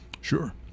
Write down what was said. sure